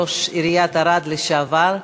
ראש עיריית ערד לשעבר,